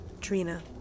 Trina